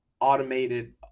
automated